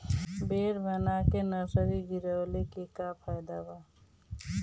Bed बना के nursery गिरवले के का फायदा बा?